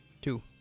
Two